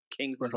King's